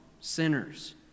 sinners